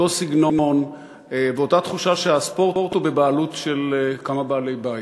אותו סגנון ואותה תחושה שהספורט הוא בבעלות של כמה בעלי-בית.